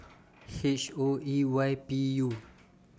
H O E Y P U